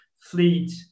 fleet